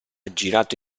girato